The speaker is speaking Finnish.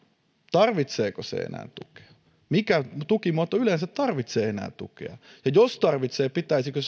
tarvitseeko se enää tukea mikä tukimuoto yleensä tarvitsee enää tukea ja jos tarvitsee pitäisikö